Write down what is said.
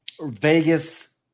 Vegas